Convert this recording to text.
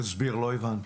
תסביר, לא הבנתי.